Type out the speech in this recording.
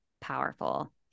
powerful